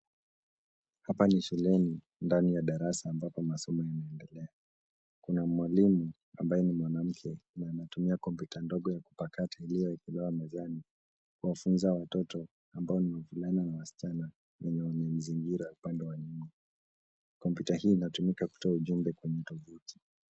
Hapa ni shuleni ndani ya darasa ambapo masomo yanaendelea, kuna mwalimu ambaye ni mwanamke na anatumia kompyuta ndogo ya kupakata iliyoekelewa mezani, kuwafunza watoto ambao ni wavulana na wasichana, wenye wamemzingira upande nyuma. Kompyuta hii inatumika kutoa ujumbe kwenye tovuti.